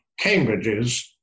Cambridges